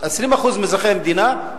20% מאזרחי המדינה,